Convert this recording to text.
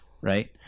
right